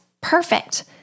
perfect